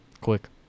Quick